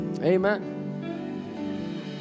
amen